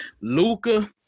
Luca